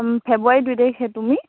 ফেব্ৰুৱাৰী দুই তাৰিখে তুমি